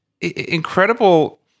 incredible